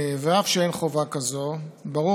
ואף שאין חובה כזו, ברור